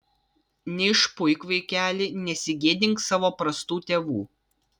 neišpuik vaikeli nesigėdink savo prastų tėvų